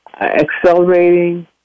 accelerating